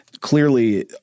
clearly